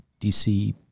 DC